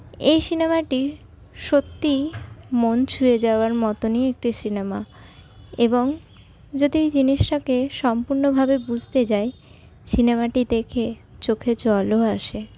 এই সিনেমাটি সত্যিই মন ছুঁয়ে যাওয়ার মতনই একটি সিনেমা এবং যদি জিনিসটাকে সম্পূর্ণভাবে বুঝতে যাই সিনেমাটি দেখে চোখে জলও আসে